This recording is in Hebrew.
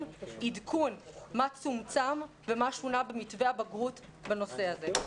עדכון מה צומצם ומה שונה במתווה הבגרות בנושא הזה.